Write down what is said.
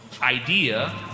idea